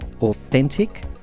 authentic